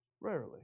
rarely